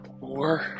four